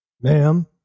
Ma'am